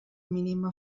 mínima